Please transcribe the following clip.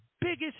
biggest